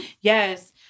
Yes